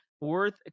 worth